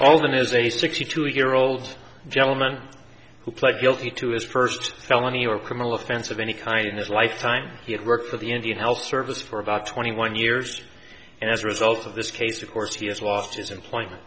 is a sixty two year old gentleman who pled guilty to his first felony or criminal offense of any kind in his lifetime he had worked for the indian health service for about twenty one years and as a result of this case of course he has lost his employment